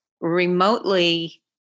remotely